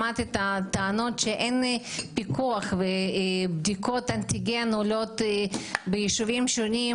שמעת את הטענות שאין פיקוח ובדיקות אנטיגן עולות ביישובים שונים